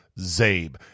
zabe